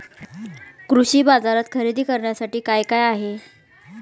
कृषी बाजारात खरेदी करण्यासाठी काय काय आहे?